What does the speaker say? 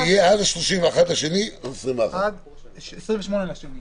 וזה יהיה עד 31 בפברואר 2021. עד 28 בפברואר.